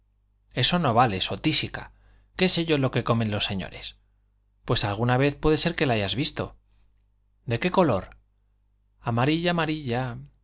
eso no vale so tísica qué sé yo lo que comen los señores pues alguna vez puede ser que la hayas visto de qué color amarilla amarilla